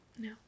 No